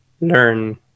learn